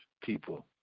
people